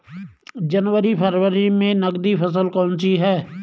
जनवरी फरवरी में नकदी फसल कौनसी है?